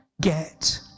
get